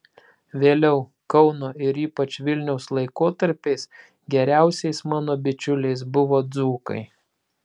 vėliau kauno ir ypač vilniaus laikotarpiais geriausiais mano bičiuliais buvo dzūkai